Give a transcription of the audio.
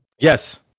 Yes